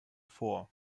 vor